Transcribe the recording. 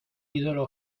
ídolo